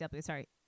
sorry